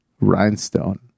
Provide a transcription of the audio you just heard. rhinestone